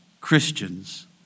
Christians